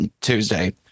Tuesday